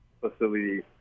facility